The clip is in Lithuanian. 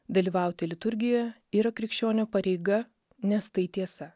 dalyvauti liturgijo yra krikščionio pareiga nes tai tiesa